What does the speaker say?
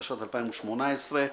התשע"ח-2018.